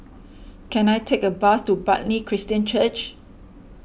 can I take a bus to Bartley Christian Church